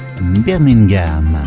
Birmingham